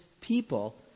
people